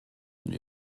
und